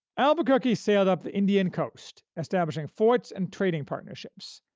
albuquerque sailed up the indian coast, establishing forts and trading partnerships,